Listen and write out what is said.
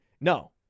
No